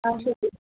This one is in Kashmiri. اچھا ٹھیٖک